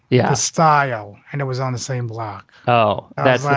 yeah. style. and it was on the same block. oh, that's.